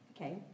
Okay